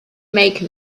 make